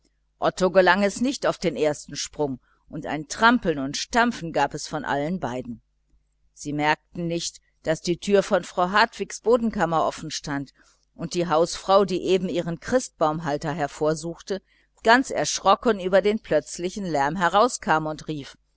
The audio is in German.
otto gelang es nicht auf den ersten sprung und ein trampeln und stampfen gab es bei allen beiden sie bemerkten nicht daß die türe von frau hartwigs bodenkammer offen stand und die hausfrau die eben ihren christbaumhalter hervorsuchte ganz erschrocken über den plötzlichen lärm herauskam und rief